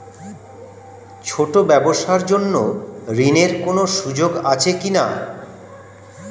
ছোট ব্যবসার জন্য ঋণ এর কোন সুযোগ আছে কি না?